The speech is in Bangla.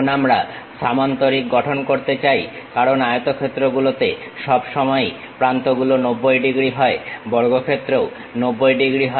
এখন আমরা সামান্তরিক গঠন করতে চাই কারণ আয়তক্ষেত্র গুলোতে সবসময়ই প্রান্তগুলো 90 ডিগ্রী হয় বর্গক্ষেত্রেও 90 ডিগ্রী হয়